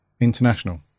international